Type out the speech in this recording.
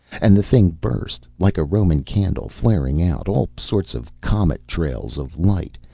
and the thing burst, like a roman candle flaring out, all sorts of comet-trails of light,